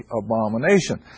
abomination